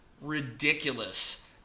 ridiculous